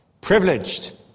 privileged